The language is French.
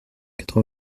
quatre